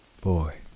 Boy